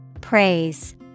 Praise